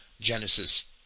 Genesis